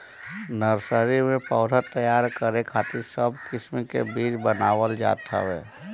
nursery में पौधा तैयार करे खातिर सब किस्म के बीज बनावल जात हवे